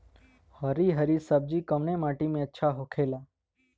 हरी हरी सब्जी कवने माटी में अच्छा होखेला?